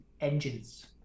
engines